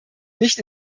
nicht